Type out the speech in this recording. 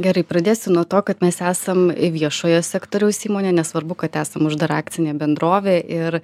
gerai pradėsiu nuo to kad mes esam viešojo sektoriaus įmonė nesvarbu kad esam uždara akcinė bendrovė ir